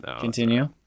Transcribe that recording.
continue